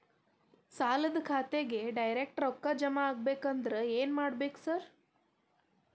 ಸಾಲದ ಖಾತೆಗೆ ಡೈರೆಕ್ಟ್ ರೊಕ್ಕಾ ಜಮಾ ಆಗ್ಬೇಕಂದ್ರ ಏನ್ ಮಾಡ್ಬೇಕ್ ಸಾರ್?